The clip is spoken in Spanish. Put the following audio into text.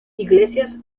iglesias